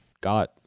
got